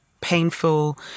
painful